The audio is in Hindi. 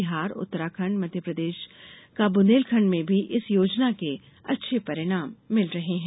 बिहार उत्तराखण्ड मध्यप्रदेश का बुन्देलखण्ड में भी इस योजना के अच्छे परिणाम मिल रहे है